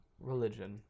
religion